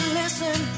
listen